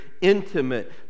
intimate